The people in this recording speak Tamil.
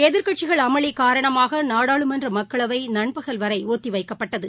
எதிர்கட்சிகள் அமளி காரணமாக நாடாளுமன்ற மக்களவை நண்பகல் வரை ஒத்தி வைக்கப்பட்டது